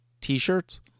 t-shirts